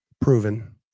proven